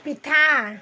পিঠা